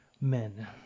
men